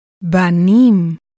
banim